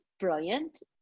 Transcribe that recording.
brilliant